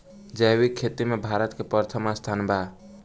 जैविक खेती में भारत के प्रथम स्थान बा